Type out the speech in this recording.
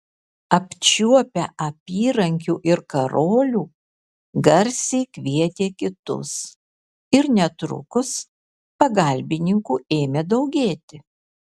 apčiuopę apyrankių ir karolių garsiai kvietė kitus ir netrukus pagalbininkų ėmė daugėti